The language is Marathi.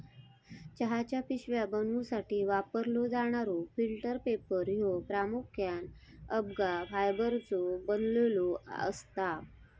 चहाच्या पिशव्या बनवूसाठी वापरलो जाणारो फिल्टर पेपर ह्यो प्रामुख्याने अबका फायबरचो बनलेलो असता